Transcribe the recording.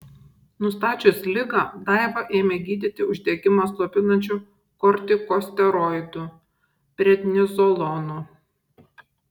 nustačius ligą daivą ėmė gydyti uždegimą slopinančiu kortikosteroidu prednizolonu